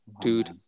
Dude